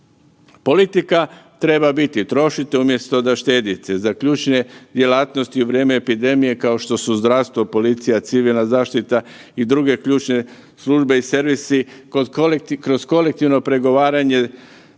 Politika treba biti trošite umjesto da štedite za ključne djelatnosti u vrijeme epidemije kao što su zdravstvo, policija, civilna zaštita i druge ključne službe i servisi. Kroz kolektivno pregovaranje